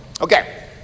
Okay